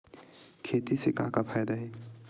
खेती से का का फ़ायदा हे?